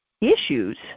issues